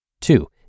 Two